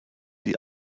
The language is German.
die